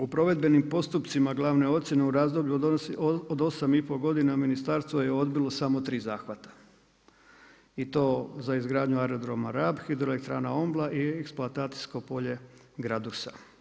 U provedbenim postupcima glavne ocjene u razdoblju od 8 i pol godina ministarstvo je odbilo samo 3 zahvata i to za izgradnju aerodroma Rab, hidroelektrana Ombla i eksploatacijsko polje Gradusa.